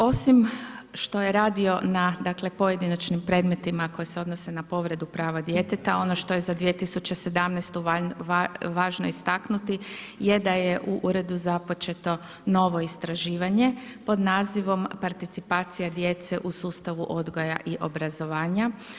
Osim što je radio na pojedinačnim predmetima koje se odnose na povredu prava djeteta, ono što je za 2017. važno istaknuti je da je u uredu započeto novo istraživanje pod nazivom Participacija djece u sustavu odgoja i obrazovanja.